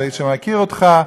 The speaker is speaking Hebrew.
כיוון שאני מכיר אותך,